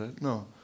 No